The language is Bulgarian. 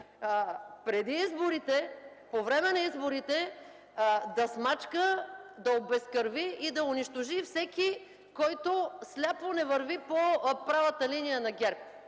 преди изборите, по време на изборите да смачка, да обезкръви и да унищожи всеки, който сляпо не върви по правата линия на ГЕРБ.